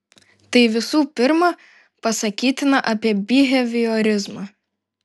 tai visų pirma pasakytina apie biheviorizmą